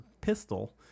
pistol